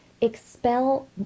expel